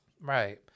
Right